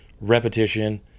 repetition